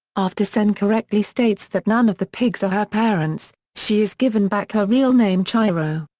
after sen correctly states that none of the pigs are her parents, she is given back her real name chihiro.